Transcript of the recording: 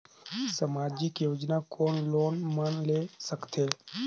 समाजिक योजना कोन लोग मन ले सकथे?